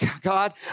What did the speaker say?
God